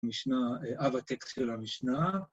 משנה, אב הטקסט של המשנה.